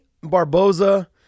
Barboza